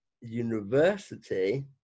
university